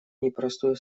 непростую